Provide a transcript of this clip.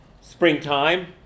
springtime